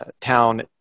town